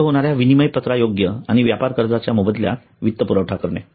प्राप्त होणाऱ्या विनिमयपत्रा योग्य आणि व्यापार कर्जाच्या मोबदल्यात वित्त पुरवठा करणे